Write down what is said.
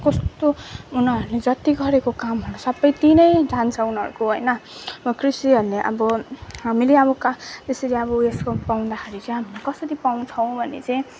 कस्तो उनीहरूले जति गरेको कामहरू सबै त्यहीँ नै जान्छ उनीहरूको होइन अब कृषिहरूले अब हामीले अब का यसरी अब उएसको पाउँदाखेरि चाहिँ हामीले कसरी पाउँछौँ भने चाहिँ